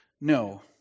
No